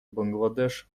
бангладеш